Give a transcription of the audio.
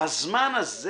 בזמן הזה